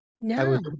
No